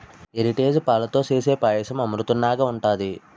Heritage పాలతో సేసే పాయసం అమృతంనాగ ఉంటది